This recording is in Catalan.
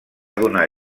donar